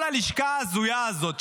כל הלשכה ההזויה הזאת,